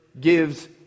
Gives